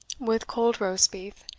with cold roast-beef,